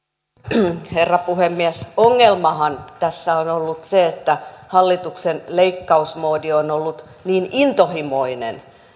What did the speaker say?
arvoisa herra puhemies ongelmahan tässä on ollut se että hallituksen leikkausmoodi on on ollut niin intohimoinen